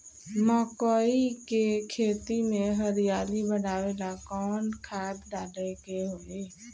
मकई के खेती में हरियाली बढ़ावेला कवन खाद डाले के होई?